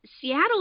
Seattle